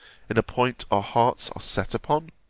in a point our hearts are set upon?